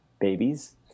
babies